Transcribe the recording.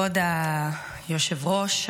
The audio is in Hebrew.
את יכולה לעשות פה --- כבוד היושב-ראש,